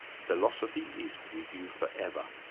philosophy is with you forever.